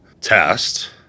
test